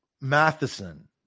Matheson